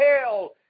hell